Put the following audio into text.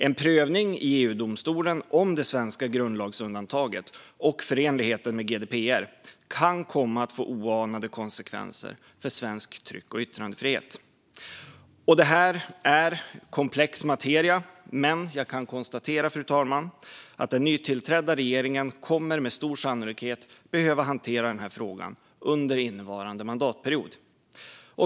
En prövning i EU-domstolen om det svenska grundlagsundantaget och förenligheten med GDPR kan komma att få oanade konsekvenser för svensk tryck och yttrandefrihet. Det här är komplex materia, och jag kan konstatera, fru talman, att den nytillträdda regeringen med stor sannolikhet kommer att behöva hantera den här frågan under innevarande mandatperiod.